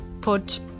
put